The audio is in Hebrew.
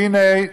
והינה,